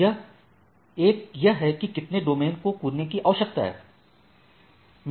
एक यह है कि कितने डोमेन को कूदने की आवश्यकता है